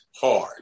hard